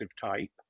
type